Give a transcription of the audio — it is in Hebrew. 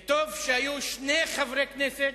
וטוב שהיו שני חברי כנסת.